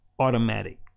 Automatic